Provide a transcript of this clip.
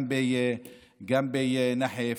גם בנחף,